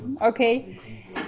Okay